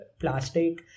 plastic